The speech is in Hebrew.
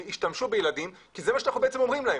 השתמשו בילדים, כי זה מה שאנחנו בעצם אומרים להם.